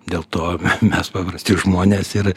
dėl to mes paprasti žmonės ir